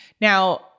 Now